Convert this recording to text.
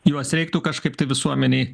juos reiktų kažkaip tai visuomenei